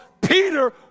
Peter